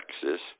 Texas